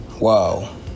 Wow